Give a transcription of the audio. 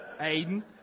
Aiden